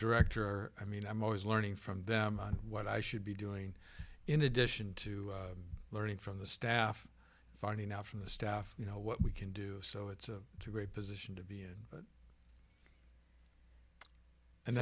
director i mean i'm always learning from them on what i should be doing in addition to learning from the staff finding out from the staff you know what we can do so it's a great position to be in